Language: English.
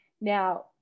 Now